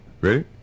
Ready